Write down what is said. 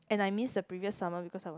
and I miss the previous summer because I was in